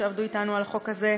שעבדו אתנו על החוק הזה,